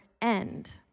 end